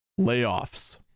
layoffs